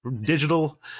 digital